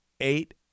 eight